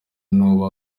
n’uwo